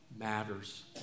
Matters